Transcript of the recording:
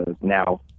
now